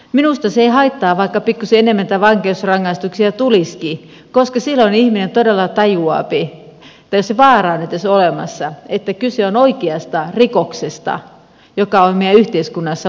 minusta se ei haittaa vaikka pikkuisen enemmän näitä vankeusrangaistuksia tulisikin koska silloin ihminen todella tajuaa että se vaara on edes olemassa että kyse on oikeasta rikoksesta joka on meidän yhteiskunnassa moraalisestikin tuomittu